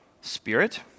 spirit